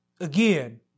Again